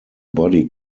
body